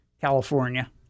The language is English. California